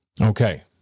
Okay